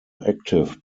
active